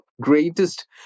greatest